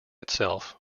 itself